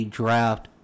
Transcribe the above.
draft